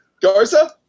Garza